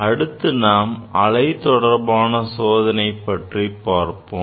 அடுத்து நாம் அலை தொடர்பான சோதனைகள் பற்றிப் பார்ப்போம்